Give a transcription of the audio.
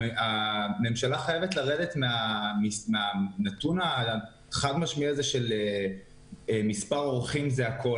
הממשלה חייבת לרדת מהנתון לפי מספר הסועדים הוא חזות הכול.